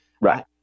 right